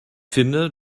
finde